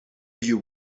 you